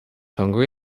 hungry